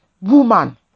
Woman